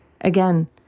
Again